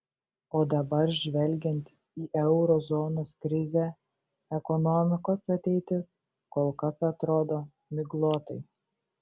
o dabar žvelgiant į euro zonos krizę ekonomikos ateitis kol kas atrodo miglotai